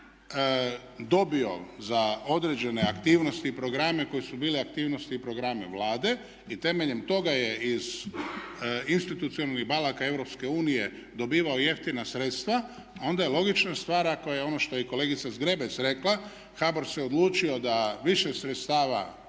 dobio za određene aktivnosti i programe koje su bile aktivnosti i programe Vlade i temeljem toga je iz institucionalnih banaka EU dobivao jeftina sredstva, a onda je logična stvar ako je ono što je i kolegica Zgrebec rekla HBOR se odlučio da više sredstava